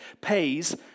pays